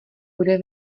bude